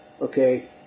okay